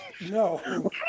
No